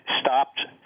stopped